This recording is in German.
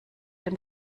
dem